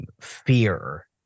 fear